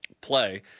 play